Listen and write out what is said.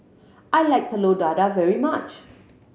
I like Telur Dadah very much